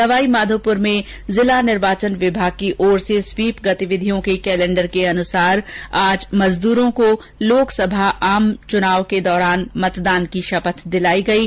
सवाईमाधोपुर में जिला निर्वाचन विभाग की ओर से स्वीप गतिविधियों के कैलेण्डर अनुसार आज मजदूरों को लोकसभा आम मतदान की शपथ दिलायी गयी